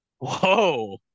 Whoa